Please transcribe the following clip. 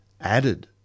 added